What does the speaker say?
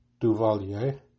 Duvalier